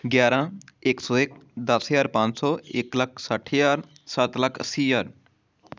ਗਿਆਰ੍ਹਾਂ ਇੱਕ ਸੌ ਇੱਕ ਦਸ ਹਜ਼ਾਰ ਪੰਜ ਸੌ ਇੱਕ ਲੱਖ ਸੱਠ ਹਜ਼ਾਰ ਸੱਤ ਲੱਖ ਅੱਸੀ ਹਜ਼ਾਰ